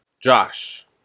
Josh